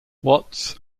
watts